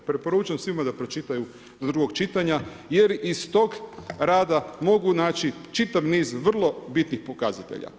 Preporučujem svima da pročitaju do drugog čitanja, jer iz tog rada mogu naći čitav niz vrlo bitnih pokazatelja.